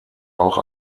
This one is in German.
auch